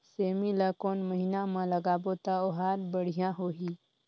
सेमी ला कोन महीना मा लगाबो ता ओहार बढ़िया होही?